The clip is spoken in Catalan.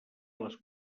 les